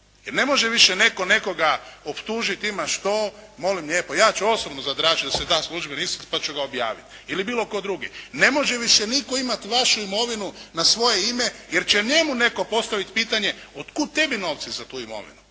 Jer ne može više netko nekoga optužiti imaš to, molim lijepo ja ću osobno zatražiti da se da službeni ispis pa ću ga objaviti ili bilo tko drugi. Ne može više nitko imati vašu imovinu na svoje ime, jer će njemu netko postaviti pitanje od kuda tebi novci za tu imovinu.